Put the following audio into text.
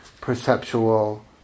perceptual